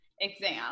exam